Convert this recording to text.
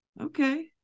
Okay